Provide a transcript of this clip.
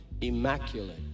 immaculate